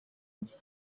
bye